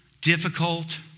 difficult